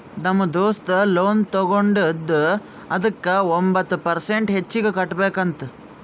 ನಮ್ ದೋಸ್ತ ಲೋನ್ ತಗೊಂಡಿದ ಅದುಕ್ಕ ಒಂಬತ್ ಪರ್ಸೆಂಟ್ ಹೆಚ್ಚಿಗ್ ಕಟ್ಬೇಕ್ ಅಂತ್